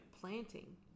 planting